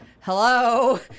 hello